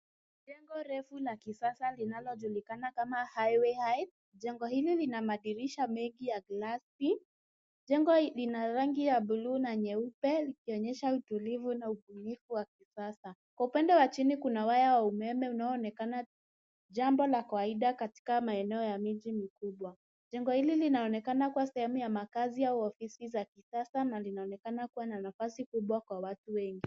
Jengo refu la kisasa linalojulikana kama Highway Heights, jengo hili lina madirisha mengi ya glasi. Jengo lina rangi ya buluu na nyeupe, likionyesha utulivu na ubunifu wa kisasa. Kwa upande wa chini kuna waya wa umeme unaoonekana, jambo la kawaida katika maeneo ya miji mkubwa. Jengo hili linaonekana kuwa sehemu ya makaazi au ofisi za kisasa na linaonekana kuwa na nafasi kubwa kwa watu wengi.